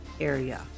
area